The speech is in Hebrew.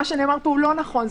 מה שנאמר פה לא נכון.